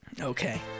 okay